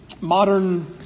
Modern